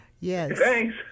Yes